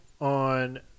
on